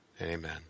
Amen